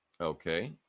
Okay